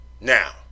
Now